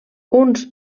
uns